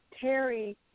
Terry